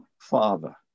father